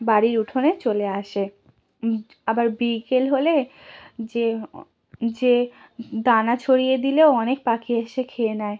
বাড়ির উঠোনে চলে আসে আবার বিকেল হলে যে যে দানা ছড়িয়ে দিলে অনেক পাখি এসে খেয়ে নেয়